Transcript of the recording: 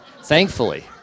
thankfully